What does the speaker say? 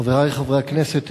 חברי חברי הכנסת,